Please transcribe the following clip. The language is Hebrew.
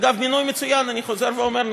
אגב, מינוי מצוין, אני חוזר ואומר.